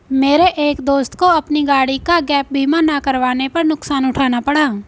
मेरे एक दोस्त को अपनी गाड़ी का गैप बीमा ना करवाने पर नुकसान उठाना पड़ा